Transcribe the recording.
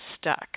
stuck